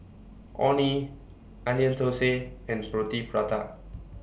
Orh Nee Onion Thosai and Roti Prata